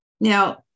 now